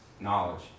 knowledge